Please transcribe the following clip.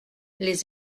les